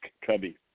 Cubby